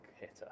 hitter